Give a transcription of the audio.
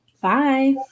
Bye